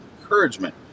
encouragement